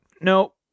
no